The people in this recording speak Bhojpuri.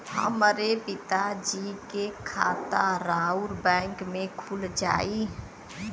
हमरे पिता जी के खाता राउर बैंक में खुल जाई?